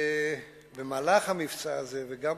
ובמהלך המבצע הזה, וגם